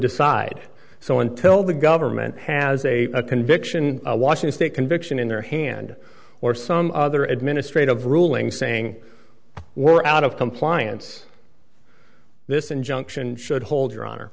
decide so until the government has a conviction a washington state conviction in their hand or some other administrative ruling saying we're out of compliance this injunction should hold your honor